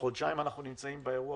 חודשיים אנחנו נמצאים באירוע,